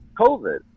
covid